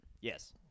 Yes